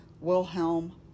Wilhelm